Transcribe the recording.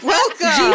Welcome